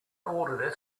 ordered